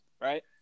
right